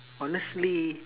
honestly